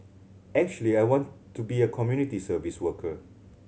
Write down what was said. actually I want to be a community service worker